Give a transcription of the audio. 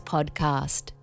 Podcast